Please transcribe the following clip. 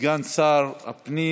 סגן שר הפנים